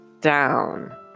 down